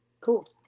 Cool